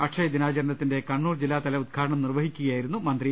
അക്ഷയ ദിനാചരണത്തിന്റെ കണ്ണൂർ ജില്ലാതല ഉദ്ഘാടനം നിർവഹിക്കുകയായിരുന്നു മന്ത്രി